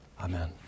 Amen